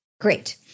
Great